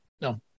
no